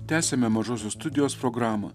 tęsiame mažosios studijos programą